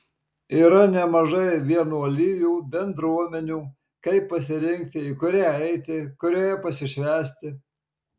yra nemažai vienuolijų bendruomenių kaip pasirinkti į kurią eiti kurioje pasišvęsti